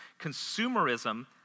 consumerism